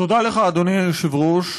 תודה לך, אדוני היושב-ראש.